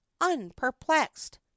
unperplexed